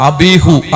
Abihu